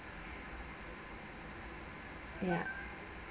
ya